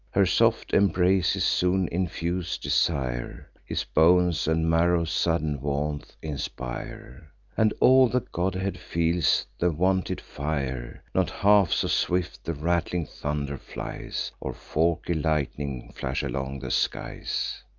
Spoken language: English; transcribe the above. her soft embraces soon infuse desire his bones and marrow sudden warmth inspire and all the godhead feels the wonted fire. not half so swift the rattling thunder flies, or forky lightnings flash along the skies.